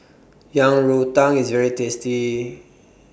Yang Rou Tang IS very tasty